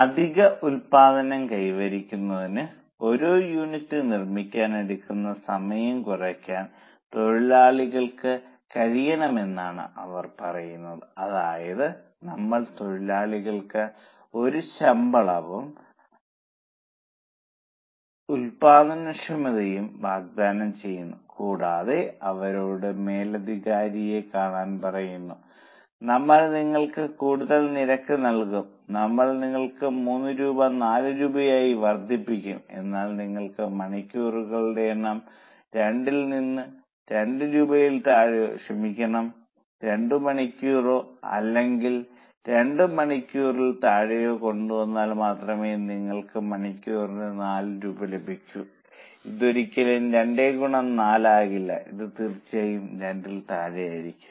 അധിക ഉൽപ്പാദനം കൈവരിക്കുന്നതിന് ഓരോ യൂണിറ്റും നിർമ്മിക്കാൻ എടുക്കുന്ന സമയം കുറയ്ക്കാൻ തൊഴിലാളികൾക്ക് കഴിയണമെന്നാണ് അവർ പറയുന്നത് അതായത് നമ്മൾ തൊഴിലാളികൾക്ക് ഒരു ശമ്പളവും ഉൽപ്പാദനക്ഷമതയും വാഗ്ദാനം ചെയ്യുന്നു കൂടാതെ അവരോട് മേലധികാരിയെ കാണാൻ പറയുന്നു നമ്മൾ നിങ്ങൾക്ക് കൂടുതൽ നിരക്ക് നൽകും നമ്മൾ നിരക്ക് 3 രൂപ 4 രൂപയായി വർദ്ധിപ്പിക്കുന്നു എന്നാൽ നിങ്ങൾ മണിക്കൂറുകളുടെ എണ്ണം 2 രൂപയിൽ നിന്നും 2 രൂപയിൽ താഴെയോ ക്ഷമിക്കണം രണ്ടു മണിക്കൂറോ അല്ലെങ്കിൽ രണ്ടു മണിക്കൂറിൽ താഴെയോ കൊണ്ടുവന്നാൽ മാത്രമേ നിങ്ങൾക്ക് മണിക്കൂറിന് 4 രൂപ ലഭിക്കു ഇതൊരിക്കലും 2 ഗുണം 4 ആകില്ല ഇത് തീർച്ചയായും 2 ൽ താഴെയായിരിക്കും